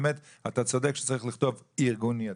באמת אתה צודק שצריך לכתוב ארגון יציג,